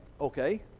Okay